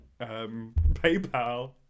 PayPal